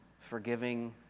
forgiving